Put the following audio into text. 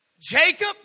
Jacob